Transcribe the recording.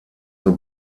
zur